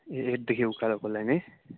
ए एटदेखि उकालोलाई नै